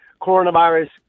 Coronavirus